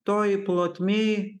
toj plotmėj